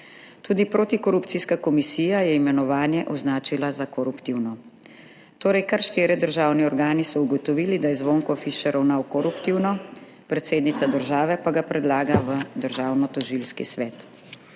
Tudi protikorupcijska komisija je imenovanje označila za koruptivno. Torej, kar štirje državni organi so ugotovili, da je Zvonko Fišer ravnal koruptivno, predsednica države pa ga predlaga v Državnotožilski svet.